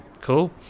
Cool